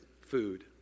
food